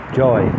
joy